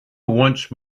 once